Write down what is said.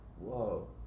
whoa